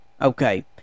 okay